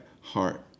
heart